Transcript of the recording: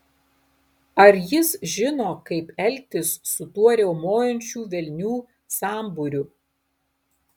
ar jis žino kaip elgtis su tuo riaumojančių velnių sambūriu